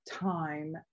time